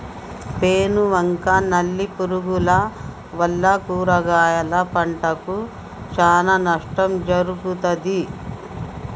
పేను బంక నల్లి పురుగుల వల్ల కూరగాయల పంటకు చానా నష్టం జరుగుతది